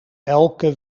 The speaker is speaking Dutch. elke